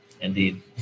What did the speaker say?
Indeed